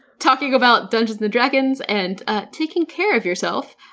talking about dungeons and dragons and ah taking care of yourself,